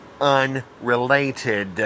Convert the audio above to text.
unrelated